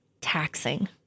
taxing